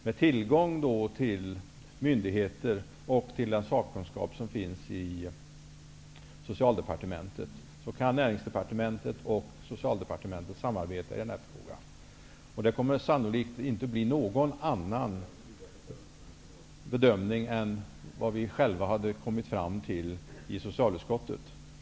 Med tillgång till myndigheter och till den sakkunskap som finns i Socialdepartementet, kan Näringsdepartementet och Socialdepartementet samarbeta i denna fråga. Det kommer sannolikt inte att bli någon annan bedömning än den som vi själva hade kommit fram till i socialutskottet.